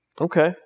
okay